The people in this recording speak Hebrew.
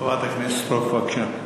חברת הכנסת סטרוק, בבקשה.